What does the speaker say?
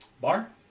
Bar